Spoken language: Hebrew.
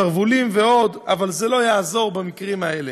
שרוולים ועוד, אבל זה לא יעזור במקרים האלה.